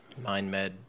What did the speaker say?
MindMed